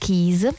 Keys